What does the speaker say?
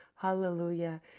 Hallelujah